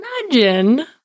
imagine